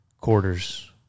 quarters